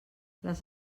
les